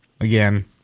Again